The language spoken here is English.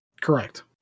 Correct